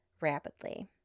rapidly